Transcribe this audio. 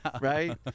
right